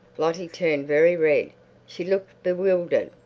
lottie turned very red she looked bewildered,